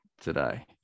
today